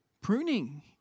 Pruning